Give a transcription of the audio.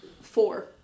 Four